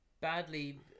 badly